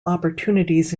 opportunities